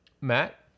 Matt